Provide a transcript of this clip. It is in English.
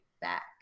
back